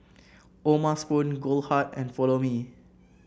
O'ma Spoon Goldheart and Follow Me